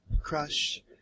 Crush